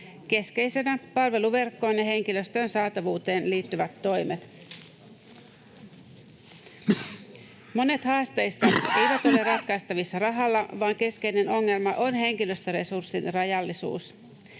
keskeisinä palveluverkkoon ja henkilöstön saatavuuteen liittyvät toimet. Monet haasteista eivät ole ratkaistavissa rahalla, vaan keskeinen ongelma on henkilöstöresurssin rajallisuus.